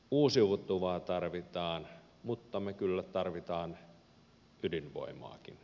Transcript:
uusiutuvaa tarvitaan mutta me kyllä tarvitsemme ydinvoimaakin